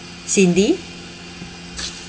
cindy